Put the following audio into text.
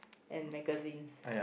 and magazines